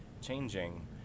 changing